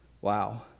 Wow